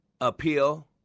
Appeal